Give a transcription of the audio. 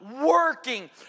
working